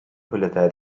виглядає